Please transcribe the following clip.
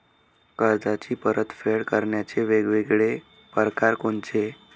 कर्जाची परतफेड करण्याचे वेगवेगळ परकार कोनचे?